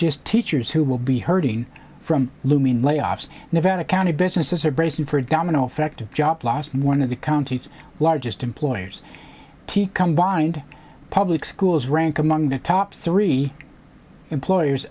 just teachers who will be hurting from looming layoffs nevada county businesses are bracing for a domino effect of job loss in one of the county's largest employers t combined public schools rank among the top three employers